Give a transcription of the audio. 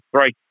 three